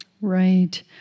Right